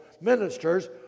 ministers